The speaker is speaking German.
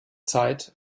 zeit